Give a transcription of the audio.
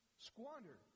squander